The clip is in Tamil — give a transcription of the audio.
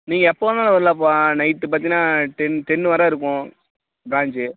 நீங்கள் எப்போ வேணாலும் வரலாம்பா நைட்டு பார்த்தீகன்னா டென் டென்னு வரை இருக்கும் பிராஞ்ச்